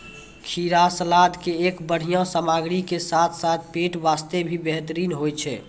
खीरा सलाद के एक बढ़िया सामग्री के साथॅ साथॅ पेट बास्तॅ भी बेहतरीन होय छै